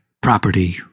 Property